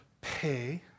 pay